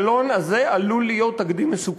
והכישלון הזה עלול להיות תקדים מסוכן.